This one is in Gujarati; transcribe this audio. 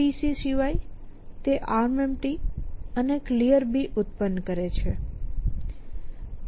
OnBC સિવાય તે ArmEmpty અને Clear ઉત્પન્ન કરે છે